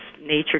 nature